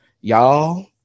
Y'all